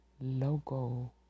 logo